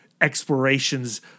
explorations